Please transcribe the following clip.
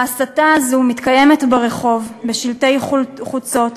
ההסתה הזאת מתקיימת ברחוב, בשלטי חוצות